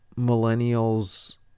Millennials